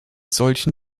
solchen